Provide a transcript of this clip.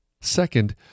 Second